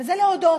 וזה להודות,